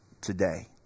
today